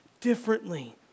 differently